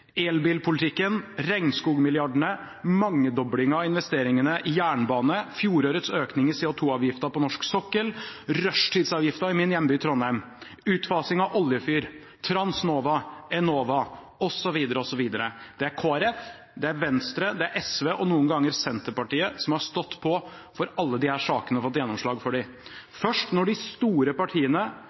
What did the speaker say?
Elbilpolitikken, regnskogmilliardene, mangedoblingen av investeringene i jernbane, fjorårets økning i CO2-avgiften på norsk sokkel, rushtidsavgiften i min hjemby, Trondheim, utfasing av oljefyr, Transnova, Enova, osv. Det er Kristelig Folkeparti, det er Venstre, det er SV og noen ganger Senterpartiet som har stått på for alle disse sakene og fått gjennomslag for dem. Først når de store partiene